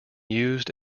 used